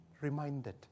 reminded